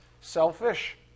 selfish